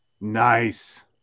nice